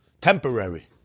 Temporary